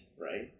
right